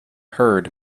heard